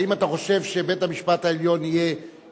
האם אתה חושב שבית-המשפט העליון יהיה